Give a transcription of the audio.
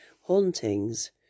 hauntings